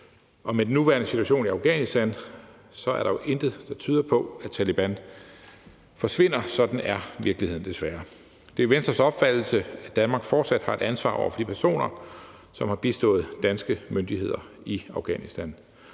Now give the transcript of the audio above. Med den nuværende situation i Afghanistan er der jo intet, der tyder på, at Taleban forsvinder. Sådan er virkeligheden desværre. Det er Venstres opfattelse, at Danmark fortsat har et ansvar over for de personer, som har bistået danske myndigheder i Afghanistan.